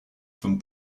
from